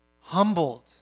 humbled